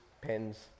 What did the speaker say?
pens